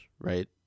right